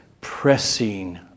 pressing